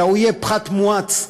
אלא יהיה פחת מואץ,